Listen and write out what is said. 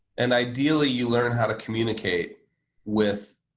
and ideally, you learn how to communicate with